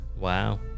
wow